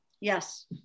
yes